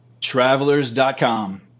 Travelers.com